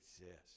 exist